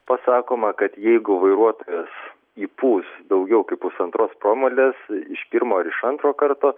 pasakoma kad jeigu vairuotojas įpūs daugiau kaip pusantros promilės iš pirmo ar iš antro karto